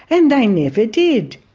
and they never did.